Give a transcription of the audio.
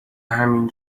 همین